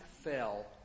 fell